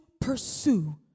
pursue